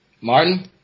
Martin